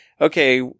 okay